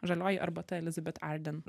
žalioji arbata elizabet arden